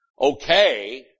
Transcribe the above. okay